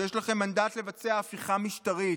שיש לכם מנדט לבצע הפיכה משטרית,